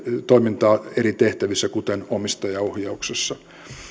toimintaa eri tehtävissä kuten omistajaohjauksessa